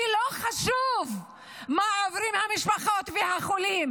כי לא חשוב מה עוברות המשפחות ומה עוברים החולים,